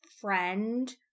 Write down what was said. friend